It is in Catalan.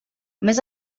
més